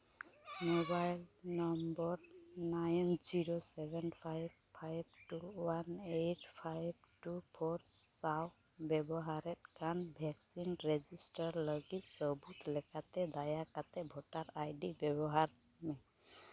mobile number nine zero seven five five two one eight five two four ᱥᱟᱶ ᱵᱮᱵᱚᱦᱟᱨᱮᱫ ᱠᱟᱱ vaccine register ᱞᱟᱹᱜᱤᱫ ᱥᱟᱹᱵᱩᱫ ᱞᱮᱠᱟᱛᱮ ᱫᱟᱭᱟ ᱠᱟᱛᱮᱫ ᱵᱷᱳᱴᱟᱨ ᱟᱭᱰᱤ ᱵᱮᱵᱚᱦᱟᱨ ᱢᱮ